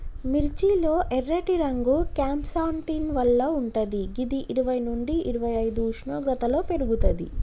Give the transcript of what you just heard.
మిర్చి లో ఎర్రటి రంగు క్యాంప్సాంటిన్ వల్ల వుంటది గిది ఇరవై నుండి ఇరవైఐదు ఉష్ణోగ్రతలో పెర్గుతది